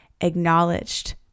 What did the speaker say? acknowledged